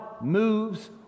moves